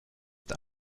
ist